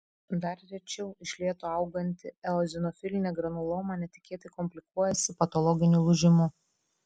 dar rečiau iš lėto auganti eozinofilinė granuloma netikėtai komplikuojasi patologiniu lūžimu